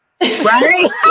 Right